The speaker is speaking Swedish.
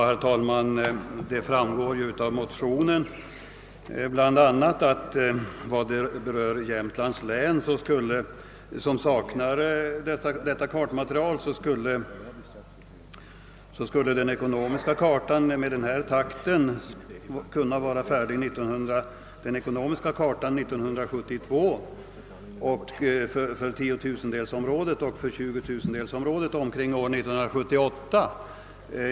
Herr talman! Det framgår ju av vår motion bl.a. att man beträffande Jämtlands län, som saknar detta kartmaterial, med nuvarande takt skulle vara färdig med den ekonomiska kartan för 10 000-delsområdet år 1972 och för 20 000-delsområdet omkring år 1977 och med den topografiska kartan år 1973 respektive 1978.